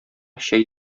чәй